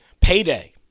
Payday